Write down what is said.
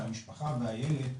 כמשפחה והילד,